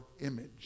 image